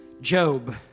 job